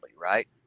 right